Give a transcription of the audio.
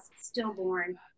stillborn